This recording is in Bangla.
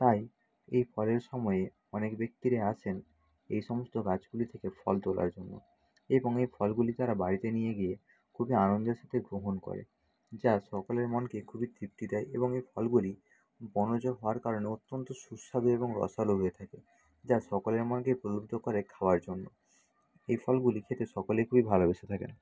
তাই এই ফলের সময়ে অনেক ব্যক্তিরাই আসেন এই সমস্ত গাছগুলি থেকে ফল তোলার জন্য এবং এই ফলগুলি তারা বাড়িতে নিয়ে গিয়ে খুবই আনন্দের সাথে গ্রহণ করে যা সকলের মনকে খুবই তৃপ্তি দেয় এবং এর ফলগুলি বনজ হওয়ার কারণে অত্যন্ত সুস্বাদু এবং রসালো হয়ে থাকে যা সকলের মনকে প্রলুব্ধ করে খাওয়ার জন্য এই ফলগুলি খেতে সকলেই খুবই ভালোবেসে থাকেন